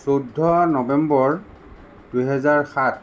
চৈধ্য় নৱেম্বৰ দুহেজাৰ সাত